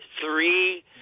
three